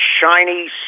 shiny